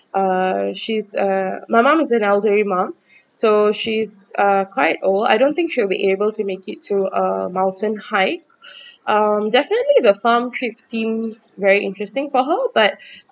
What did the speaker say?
uh she's uh my mom is an elderly mom so she's uh quiet old I don't think she'll be able to make it to a mountain hike um definitely the farm trip seems very interesting for her but